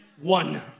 One